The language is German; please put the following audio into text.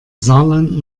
saarland